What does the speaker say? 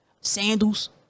sandals